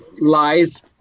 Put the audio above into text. lies